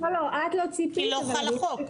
כי לא חל החוק.